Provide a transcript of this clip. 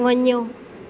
वञो